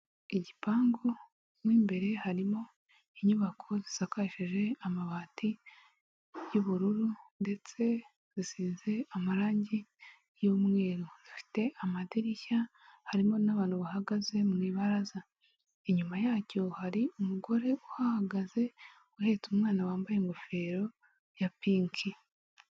Igipangu mo imbere harimo inyubako zisakaje amabati y'ubururu, ndetse zisize amarangi y'umweru zifite amadirishya, harimo n'abantu bahagaze mu ibaraza, inyuma yacyo hari umugore uhagaze uhetse umwana wambaye ingofero ya pinki.